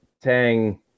Tang